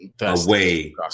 Away